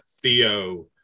Theo